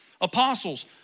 Apostles